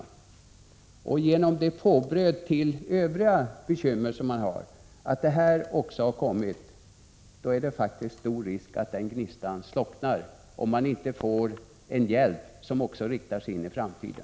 Genom att man har fått detta påbröd till de övriga bekymmer man redan har finns det faktiskt stor risk att gnistan slocknar, om man inte får en hjälp som riktas in i framtiden.